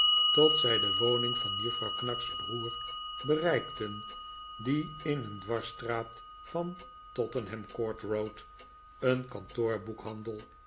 tot zij de woning van juffrouw knag's broer bereikten die in een dwarsstraat van tottenham court road een kantoorboekhandel